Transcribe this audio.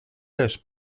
też